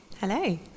Hello